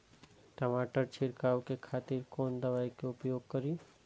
टमाटर छीरकाउ के खातिर कोन दवाई के उपयोग करी?